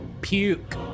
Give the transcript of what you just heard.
puke